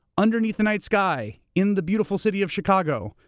underneath the night sky, in the beautiful city of chicago,